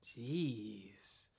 Jeez